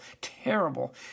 terrible